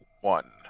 one